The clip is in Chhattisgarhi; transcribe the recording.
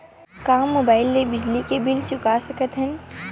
का मुबाइल ले बिजली के बिल चुका सकथव?